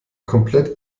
komplett